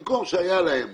במקום שהיה להם